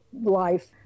life